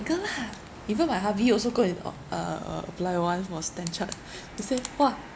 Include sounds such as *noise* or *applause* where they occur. go lah even my hubby also go and oh a~ a~ apply once for StanChart *laughs* he say !wah!